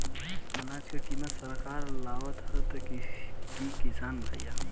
अनाज क कीमत सरकार लगावत हैं कि किसान भाई?